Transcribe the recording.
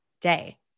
day